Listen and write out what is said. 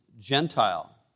Gentile